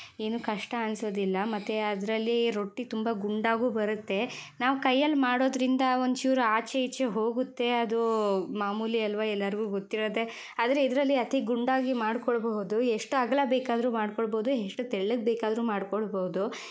ಏನು ಕಷ್ಟ ಅನಿಸೋದಿಲ್ಲ ಮತ್ತು ಅದರಲ್ಲಿ ರೊಟ್ಟಿ ತುಂಬ ಗುಂಡಾಗೂ ಬರತ್ತೆ ನಾವು ಕೈಯಲ್ಲಿ ಮಾಡೋದ್ರಿಂದ ಒಂದು ಚೂರು ಆಚೆ ಈಚೆ ಹೋಗುತ್ತೆ ಅದು ಮಾಮೂಲಿ ಅಲ್ವಾ ಎಲ್ಲರಿಗೂ ಗೊತ್ತಿರೋದೇ ಆದರೆ ಇದರಲ್ಲಿ ಅತಿ ಗುಂಡಾಗಿ ಮಾಡ್ಕೊಳ್ಳಬಹುದು ಎಷ್ಟು ಅಗಲ ಬೇಕಾದರೂ ಮಾಡ್ಕೊಳ್ಳಬಹುದು ಎಷ್ಟು ತೆಳ್ಳಗೆ ಬೇಕಾದರೂ ಮಾಡ್ಕೊಳ್ಳಬಹುದು